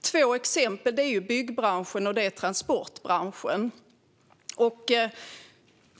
Två exempel är byggbranschen och transportbranschen.